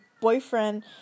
boyfriend